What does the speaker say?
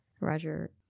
roger